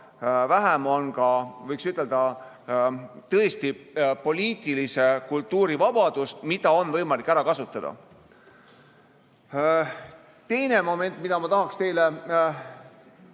tõesti ka, võiks ütelda, poliitilise kultuuri vabadust, mida on võimalik ära kasutada. Teine moment, mida ma tahaksin